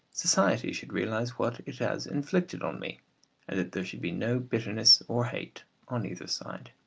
society should realise what it has inflicted on me and that there should be no bitterness or hate on either side.